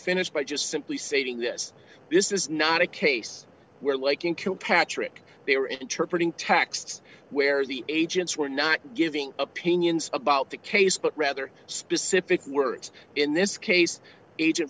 finish by just simply stating this this is not a case where like in kilpatrick they were interpreted texts where the agents were not giving opinions about the case but rather specific words in this case agent